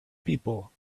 people